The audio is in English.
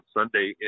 Sunday